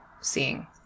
seeing